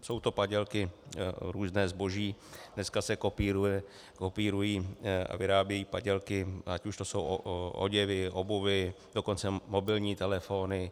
Jsou to padělky, různé zboží, dneska se kopírují a vyrábějí padělky, ať už jsou to oděvy, obuv, dokonce mobilní telefony.